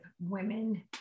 women